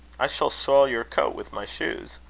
i shall spoil your coat with my shoes.